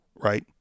Right